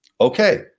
Okay